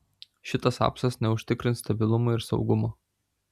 šitas apsas neužtikrins stabilumo ir saugumo